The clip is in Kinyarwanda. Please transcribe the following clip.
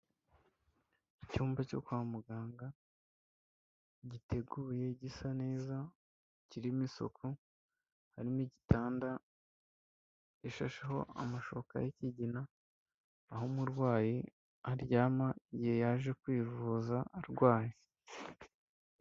Icyumba cyo kwa muganga, giteguye gisa neza kirimo isuku, harimo igitanda gishasheho amashuka y'ikigina, aho umurwayi aryama igihe yaje kwivuza arwaye.